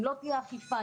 אם לא תהיה אכיפה,